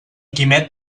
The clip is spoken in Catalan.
quimet